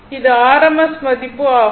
இது rms மதிப்பு ஆகும்